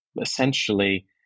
essentially